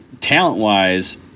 talent-wise